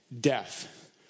death